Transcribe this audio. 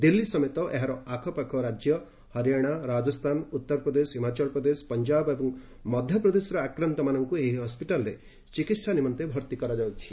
ଦିଲ୍ଲୀ ସମେତ ଏହାର ଆଖପାଖ ରାଜ୍ୟ ହରିଆଣା ରାକସ୍ଥାନ ଉତ୍ତରପ୍ରଦେଶ ହିମାଚଳ ପ୍ରଦେଶ ପଞ୍ଜାବ ଏବଂ ମଧ୍ୟପ୍ରଦେଶର ଆକ୍ରାନ୍ତମାନଙ୍କୁ ଏହି ହସ୍କିଟାଲ୍ରେ ଚିକିତ୍ସା ନିମନ୍ତେ ଭର୍ଭି କରାଯାଇଛି